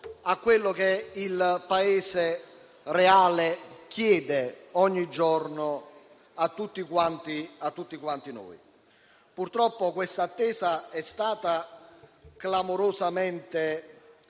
a quello che il Paese reale chiede ogni giorno a tutti quanti noi. Purtroppo questa attesa è stata clamorosamente